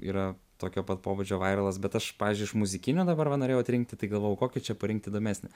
yra tokio pat pobūdžio vairalas bet aš pavyzdžiui iš muzikinio dabar va norėjau trenkti tai galvojau kokį čia parinkt įdomesnį